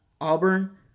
Auburn